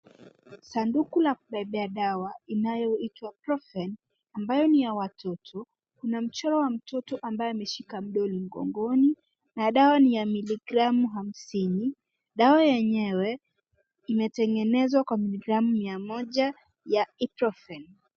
Sanduku la kubebea dawa inayoitwa Profen ambayo ni ya watoto. Kuna mchoro wa mtoto ambaye ameshika doli mgongoni na dawa ni ya miligramu hamsini. Damu yenyewe imetengenezwa kwa nidhamu ya mia moja ya Iprofen.